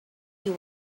you